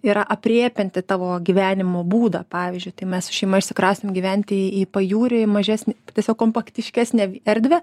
yra aprėpianti tavo gyvenimo būdą pavyzdžiui tai mes šeima išsikraustėm gyventi į pajūrį mažesnį tiesiog kompaktiškesnę erdvę